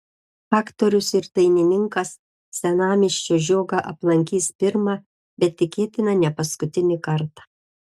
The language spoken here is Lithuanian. aktorius ir dainininkas senamiesčio žiogą aplankys pirmą bet tikėtina ne paskutinį kartą